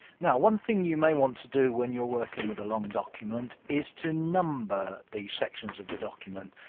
now one thing you may want to do when you're working with a long document is to number the sections of the document,